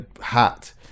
hat